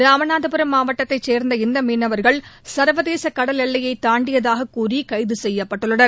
ராமநாதபுரம் மாவட்டத்தைச் சேர்ந்த இந்த மீனவர்கள் சர்வதேச கடல் எல்லையை தாண்டியதாகக்கூறி கைது செய்யப்பட்டுள்ளனர்